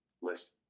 list